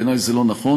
בעיני זה לא נכון.